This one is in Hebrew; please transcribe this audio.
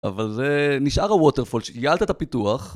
אבל זה... נשאר הווטרפול, שייעלת את הפיתוח